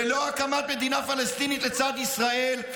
ללא הקמת מדינה פלסטינית לצד ישראל,